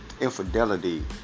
Infidelity